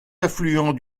affluent